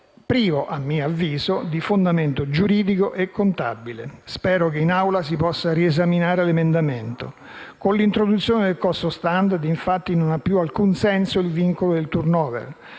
privo a mio avviso di fondamento giuridico e contabile. Spero che in Assemblea si possa riesaminare l'emendamento. Con l'introduzione del costo *standard*, infatti, non ha più alcun senso il vincolo del *turnover*.